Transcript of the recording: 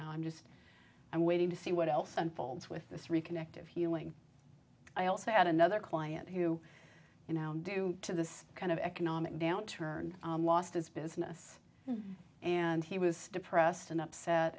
know i'm just i'm waiting to see what else unfolds with this reconnected healing i also had another client who you know due to this kind of economic downturn lost his business and he was depressed and upset